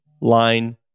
line